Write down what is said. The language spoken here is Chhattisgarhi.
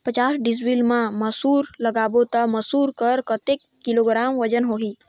पचास डिसमिल मा मसुर लगाबो ता मसुर कर कतेक किलोग्राम वजन होही?